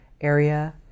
area